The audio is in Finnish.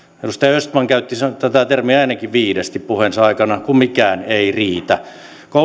edustaja östman käytti tätä termiä ainakin viidesti puheensa aikana kun mikään ei riitä